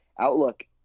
outlook